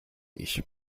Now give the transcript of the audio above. ich